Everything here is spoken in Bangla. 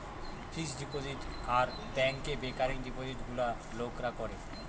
ফিক্সড ডিপোজিট আর ব্যাংকে রেকারিং ডিপোজিটে গুলা লোকরা করে